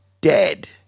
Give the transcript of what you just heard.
dead